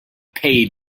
paid